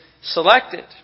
selected